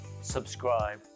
subscribe